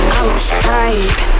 outside